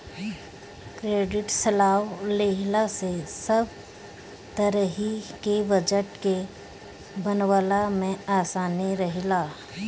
credit सलाह लेहला से सब तरही के बजट के बनवला में आसानी रहेला